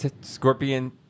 scorpion